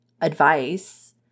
advice